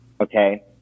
Okay